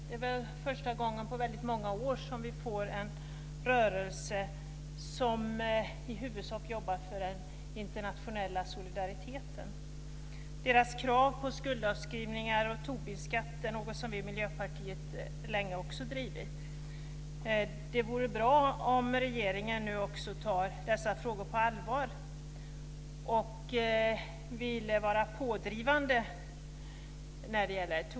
Det är första gången på många år som vi får en rörelse som i huvudsak jobbar för den internationella solidariteten. Deras krav på skuldavskrivningar och Tobinskatt är något som också vi i Miljöpartiet länge drivit. Det vore bra om regeringen också nu tog dessa frågor på allvar och om den ville vara pådrivande när det gäller detta.